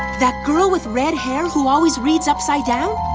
that girl with red hair who always reads upside down?